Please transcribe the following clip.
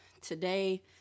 Today